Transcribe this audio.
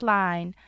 line